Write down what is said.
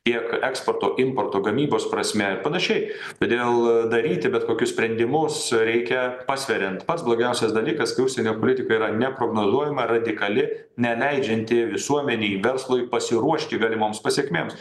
tiek eksporto importo gamybos prasme ir panašiai todėl daryti bet kokius sprendimus reikia pasveriant pats blogiausias dalykas kai užsienio politika yra neprognozuojama radikali neleidžianti visuomenei verslui pasiruošti galimoms pasekmėms